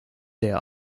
leer